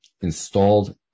installed